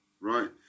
Right